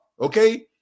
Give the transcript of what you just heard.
okay